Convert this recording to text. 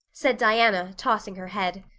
said diana, tossing her head,